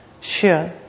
Sure